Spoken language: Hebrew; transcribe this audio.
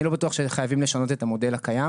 אני לא בטוח שחייבים לשנות את המודל הקיים.